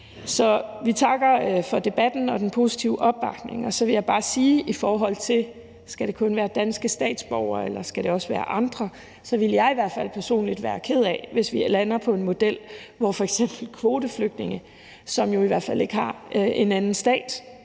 Så vi takker for debatten og den positive opbakning. Og så vil jeg bare sige, i forhold til om det kun skal være danske statsborgere eller det også skal være andre, at jeg personligt ville være ked af det, hvis vi lander på en model, hvor f.eks. kvoteflygtninge, som jo i hvert fald ikke har en anden stat